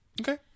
Okay